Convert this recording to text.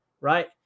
right